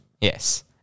Yes